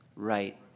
Right